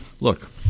look